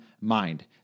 mind